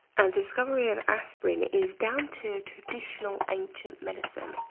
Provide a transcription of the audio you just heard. and the discovery of aspirin is down to a traditional ancient medicine.